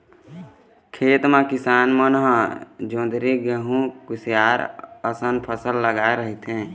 खेत म किसान मन ह जोंधरी, गहूँ, कुसियार असन फसल लगाए रहिथे